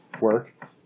work